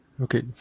Okay